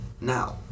Now